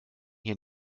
hier